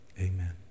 amen